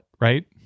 right